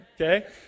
okay